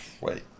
wait